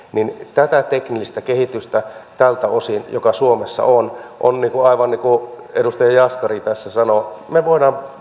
tätä teknistä kehitystä tältä osin joka suomessa on on aivan niin kuin edustaja jaskari tässä sanoi me voimme